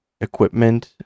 equipment